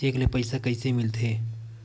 Cheque ले पईसा कइसे मिलथे?